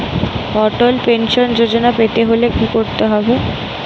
অটল pension Yojana পেতে হলে কি করতে হবে?